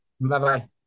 Bye-bye